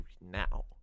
now